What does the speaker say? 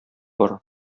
бар